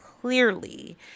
clearly